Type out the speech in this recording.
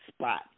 spot